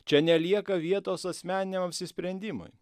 čia nelieka vietos asmeniniam apsisprendimui